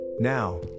Now